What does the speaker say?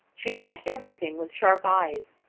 she watched everything with sharp eyes,